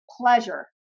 pleasure